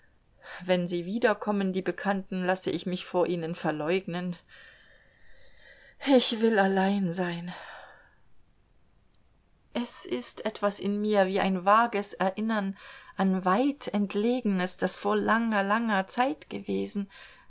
wenn sie wiederkommen die bekannten lasse ich mich vor ihnen verleugnen ich will allein sein es ist etwas in mir wie ein vages erinnern an weitentlegenes das vor langer langer zeit gewesen